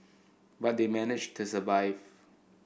but they managed to survive